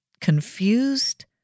confused